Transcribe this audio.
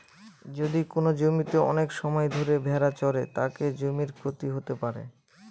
যদি কোনো জমিতে অনেক সময় ধরে ভেড়া চড়ে, তাতে জমির ক্ষতি হতে পারে